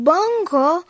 Bongo